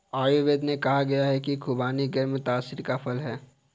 आयुर्वेद में कहा गया है कि खुबानी गर्म तासीर का फल है